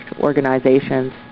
organizations